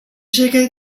شرکتی